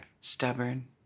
Stubborn